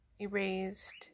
erased